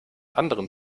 anderen